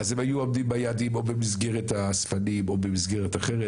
אז הם היו עומדים ביעדים או במסגרת האספנים או במסגרת אחרת,